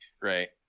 right